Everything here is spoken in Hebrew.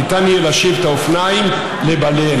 ניתן יהיה להשיב את האופניים לבעליהם.